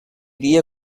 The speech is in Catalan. dia